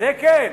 זה כן.